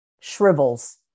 shrivels